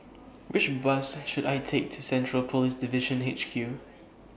Which Bus should I Take to Central Police Division H Q